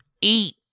eat